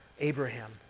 Abraham